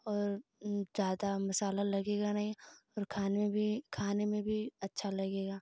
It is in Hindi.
और ज़्यादा मसाला लगेगा नहीं और खाना भी खाने में भी अच्छा लगेगा